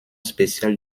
spéciale